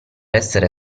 essere